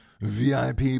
VIP